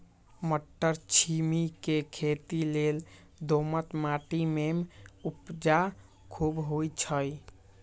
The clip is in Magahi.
मट्टरछिमि के खेती लेल दोमट माटी में उपजा खुब होइ छइ